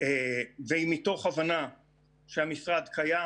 והיא מתוך הבנה שהמשרד קיים,